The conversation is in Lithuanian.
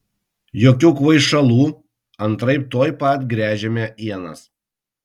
jokių kvaišalų antraip tuoj pat gręžiame ienas